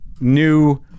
new